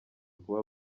kuba